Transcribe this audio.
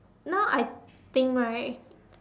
now I think right